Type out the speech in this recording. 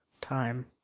time